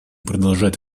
продолжать